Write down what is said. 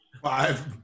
Five